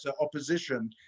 opposition